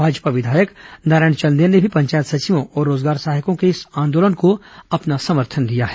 भाजपा विधायक नारायण चंदेल ने भी पंचायत सचियों और रोजगार सहायकों के इस आंदोलन को अपना समर्थन दिया है